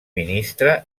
ministre